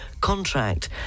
contract